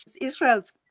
Israel's